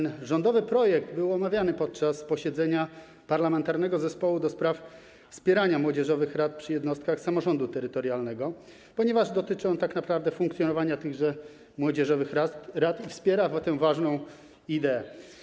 Niniejszy rządowy projekt ustawy był omawiany podczas posiedzenia Parlamentarnego Zespołu ds. Wspierania Młodzieżowych Rad przy Jednostkach Samorządu Terytorialnego, ponieważ dotyczy on tak naprawdę funkcjonowania tychże młodzieżowych rad i wspiera tę ważną ideę.